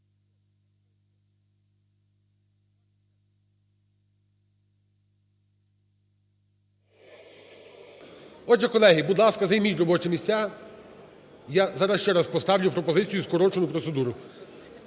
Отже, колеги, будь ласка, займіть робочі місця. Я зараз ще раз поставлю пропозицію, скорочену процедуру.